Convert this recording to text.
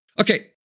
okay